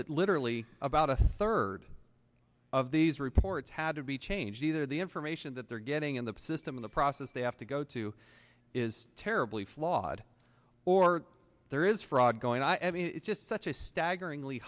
that literally about a third of these reports had to be changed either the information that they're getting in the system of the process they have to go to is terribly flawed or there is fraud going i mean it's just such a staggering